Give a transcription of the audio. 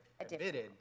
admitted